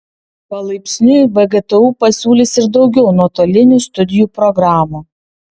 palaipsniui vgtu pasiūlys ir daugiau nuotolinių studijų programų